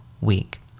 week